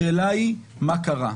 השאלה היא מה קרה.